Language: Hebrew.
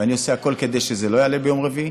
ואני עושה הכול כדי שזה לא יעלה ביום רביעי,